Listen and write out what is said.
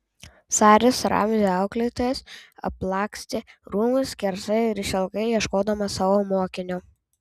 saris ramzio auklėtojas aplakstė rūmus skersai ir išilgai ieškodamas savo mokinio